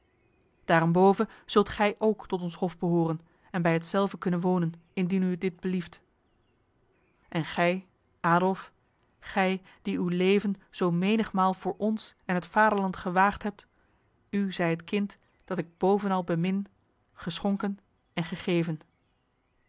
daarenboven zult gij ook tot ons hof behoren en bij hetzelve kunnen wonen indien u dit belieft en gij adolf gij die uw leven zo menigmaal voor ons en het vaderland gewaagd hebt u zij het kind dat ik bovenal bemin geschonken en gegeven